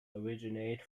originate